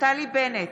נפתלי בנט,